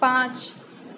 पाँच